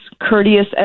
courteous